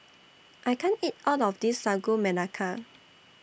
I can't eat All of This Sagu Melaka